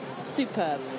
Superb